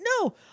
no